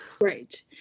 right